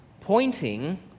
pointing